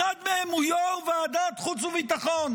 אחד מהם הוא יו"ר ועדת החוץ והביטחון,